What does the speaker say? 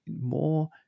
more